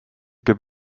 käib